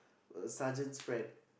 uh sergeant's friend